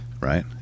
right